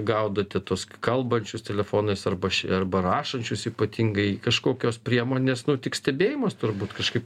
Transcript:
gaudote tuos kalbančius telefonais arba arba rašančius ypatingai kažkokios priemonės nu tik stebėjimas turbūt kažkaip